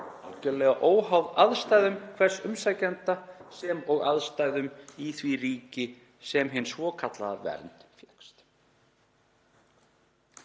algjörlega óháð aðstæðum hvers umsækjanda sem og aðstæðum í því ríki sem hin svokallaða vernd fékkst.